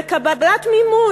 בקבלת מימון,